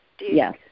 Yes